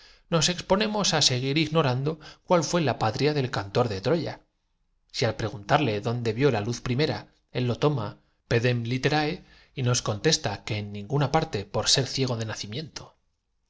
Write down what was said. mos á seguir ignorando cuál fué la patria del cantor de troya si al preguntarle dónde vió la j puede el señor garcía acordarme una conferen luz primera cia de breves minutos le dijo él lo toma pedem litera y nos contesta que en ninguna hiciéralo con placer si no fuese ya la hora regla parte por ser ciego de nacimiento